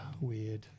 Weird